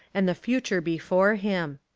and the future before him.